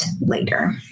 later